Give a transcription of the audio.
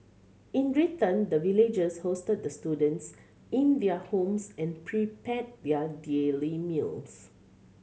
in return the villagers hosted the students in their homes and prepared their daily meals